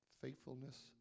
faithfulness